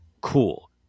cool